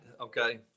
okay